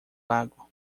lago